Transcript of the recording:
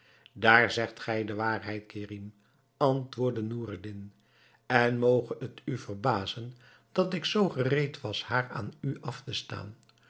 daar zegt gij de waarheid kerim antwoordde noureddin en moge het u verbazen dat ik zoo gereed was haar aan u af te staan